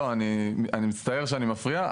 אני מצטער שאני מפריע.